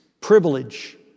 Privilege